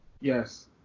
Yes